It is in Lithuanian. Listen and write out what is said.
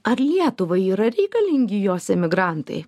ar lietuvai yra reikalingi jos emigrantai